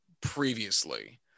previously